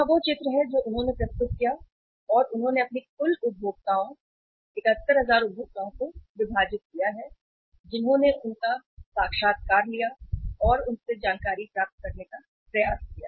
यहां वह चित्र है जो उन्होंने प्रस्तुत किया है और उन्होंने अपने कुल उपभोक्ताओं 71000 उपभोक्ताओं को विभाजित किया है जिन्होंने उनका साक्षात्कार लिया और उनसे जानकारी प्राप्त करने का प्रयास किया